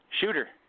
Shooter